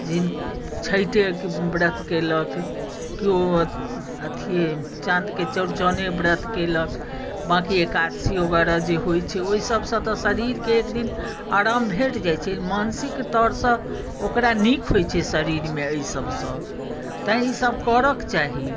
जिन छठि व्रत कयलक केओ अथीये चाँदके चौरचने व्रत कयलक बाँकी एकादशी वगैरह जे होइत छै ओहि सबसँ तऽ शरीरके एकदिन आराम भेट जाइत छै मानसिक तौरसँ ओकरा नीक होइत छै शरीरमे एहि सबसँ ताहि ई सब करैके चाही